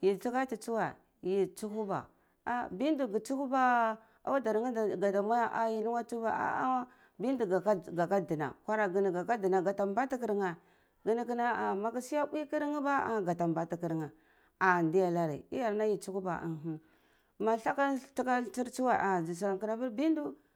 yi thlikati thuswe a bindo ga thsuhuba ya audar neh da ya a yi luha thsuhuba a a bindo ga ka dina nkwaraga ga ta mbati karneh gani kana a maga suwa bui karneh a gati bati karneh a diya anari iyar na yi tsuhuba uhu masaka thaka ntsar thuswe za ta kar bindo.